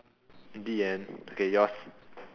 the end okay yours